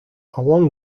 along